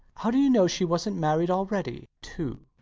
how do you know she wasnt married already too?